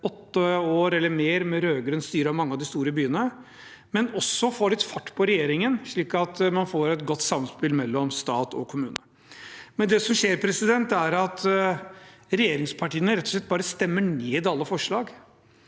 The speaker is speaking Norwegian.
åtte år eller mer med rød-grønt styre i mange av de store byene, men også for å få litt fart på regjeringen, slik at man får et godt samspill mellom stat og kommune. Men det som skjer, er at regjeringspartiene rett og slett bare stemmer ned alle forslag.